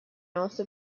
also